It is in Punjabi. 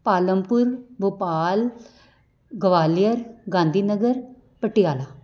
ਪਾਲਮਪੁਰ ਭੋਪਾਲ ਗਵਾਲੀਅਰ ਗਾਂਧੀ ਨਗਰ ਪਟਿਆਲਾ